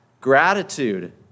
gratitude